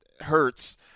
hurts